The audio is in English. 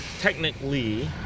technically